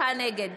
נגד